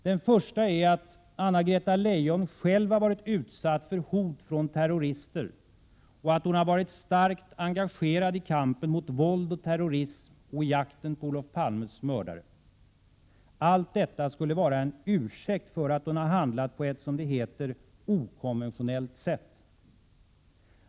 Den första är att Anna-Greta Leijon själv varit utsatt för hot från terrorister och att hon varit starkt engagerad i kampen mot våld och terrorism och i jakten på Olof Palmes mördare. Allt detta skulle vara en ursäkt för att hon handlat på ett, som det heter, okonventionellt sätt.